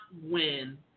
win